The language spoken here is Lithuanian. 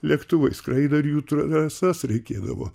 lėktuvai skraido ir jų trasas reikėdavo